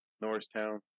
Norristown